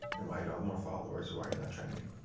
and why you don't have more followers, or why you're not trending?